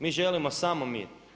Mi želimo samo mir.